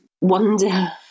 wonder